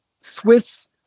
Swiss